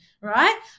right